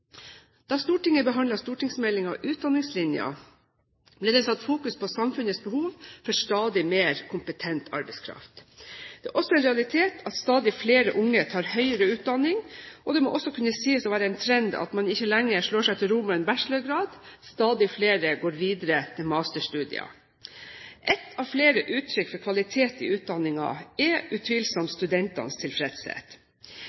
Da Stortinget behandlet stortingsmeldingen Utdanningslinja, ble det satt fokus på samfunnets behov for stadig mer kompetent arbeidskraft. Det er også en realitet at stadig flere unge tar høyere utdanning. Det må også kunne sies å være en trend at man ikke lenger slår seg til ro med en bachelorgrad. Stadig flere går videre til masterstudier. Ett av flere uttrykk for kvalitet i utdanningen er